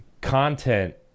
content